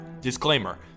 Disclaimer